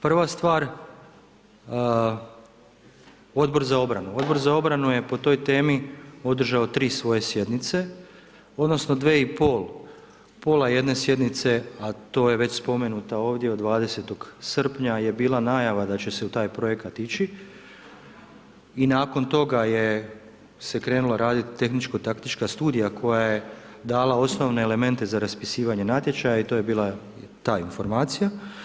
Prva stvar, Odbor za obranu, Odbor za obranu je po toj temi održao 3 svoje sjednice odnosno dve i pol, pola jedne sjednice, a to je već spomenuta ovdje od 20. srpnja je bila najava da će se u taj projekat ići i nakon toga je se krenula radit tehničko taktička studija koja je dala osnovne elemente za raspisivanje natječaja i to je bila ta informacija.